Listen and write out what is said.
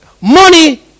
Money